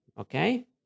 okay